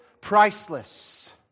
priceless